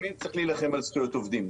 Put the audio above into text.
תמיד צריך להילחם על זכויות עובדים,